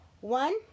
One